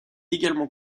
également